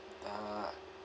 uh